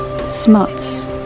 Smuts